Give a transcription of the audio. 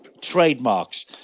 trademarks